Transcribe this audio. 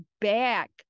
back